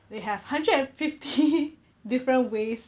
they have hundred and fifty different ways